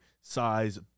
size